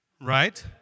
right